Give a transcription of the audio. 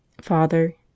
father